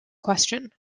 question